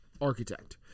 architect